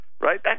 Right